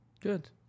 Good